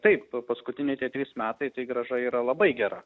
taip paskutiniai tie trys metai tai grąža yra labai gera